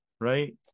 Right